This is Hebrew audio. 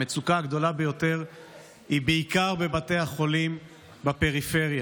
המצוקה הגדולה ביותר היא בעיקר בבתי החולים בפריפריה.